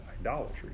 idolatry